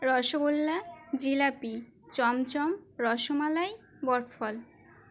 rasgulla jalebi chamcham rasmalai বরফল